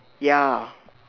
ya